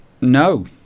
No